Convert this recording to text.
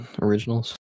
originals